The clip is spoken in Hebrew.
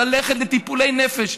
ללכת לטיפולי נפש.